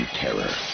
terror